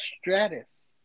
Stratus